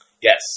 Yes